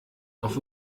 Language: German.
auf